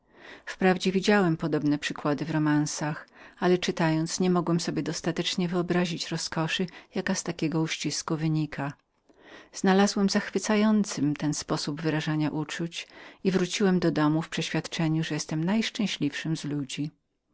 wprawdzie widziałem podobne przykłady w romansach ale czytając nie mogłem sobie dostatecznie wyobrazić roskoszy jaka z takiego uściśnięcia wynikała znalazłem zachwycającym ten sposób wyrażania uczuć i wróciłem do domu najszczęśliwszym z ludzi